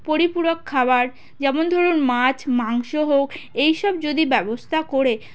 পরিপূরক খাবার যেমন ধরুন মাছ মাংস হোক এইসব যদি ব্যবস্থা করে